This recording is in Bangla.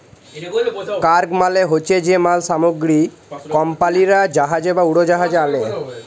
কার্গ মালে হছে যে মাল সামগ্রী কমপালিরা জাহাজে বা উড়োজাহাজে আলে